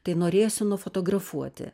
tai norėjosi nufotografuoti